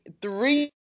Three